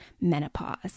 menopause